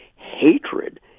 Hatred